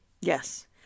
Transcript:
Yes